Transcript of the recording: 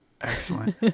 Excellent